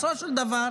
בסופו של דבר,